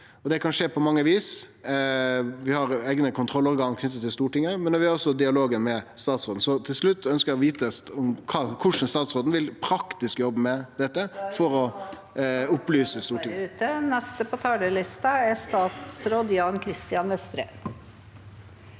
Det kan skje på mange vis. Vi har eigne kontrollorgan knytte til Stortinget, men vi har også dialogen med statsråden, så til slutt ønsker eg å vite korleis statsråden praktisk vil jobbe med dette, for å opplyse Stortinget. Statsråd Jan Christian Vestre